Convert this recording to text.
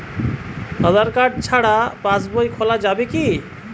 আধার card ছাড়া পাশবই খোলা যাবে কি?